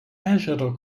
ežero